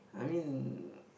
I mean